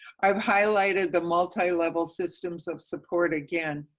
i've highlighted the multilevel systems of support again.